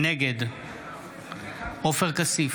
נגד עופר כסיף,